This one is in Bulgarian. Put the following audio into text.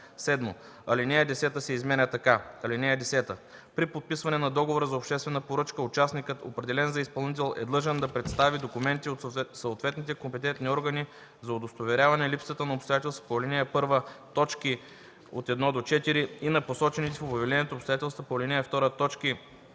7. Алинея 10 се изменя така: „(10) При подписване на договора за обществена поръчка участникът, определен за изпълнител, е длъжен да представи документи от съответните компетентни органи за удостоверяване липсата на обстоятелствата по ал. 1, т. 1-4 и на посочените в обявлението обстоятелства по ал. 2, т.